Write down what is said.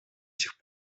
сих